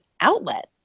outlet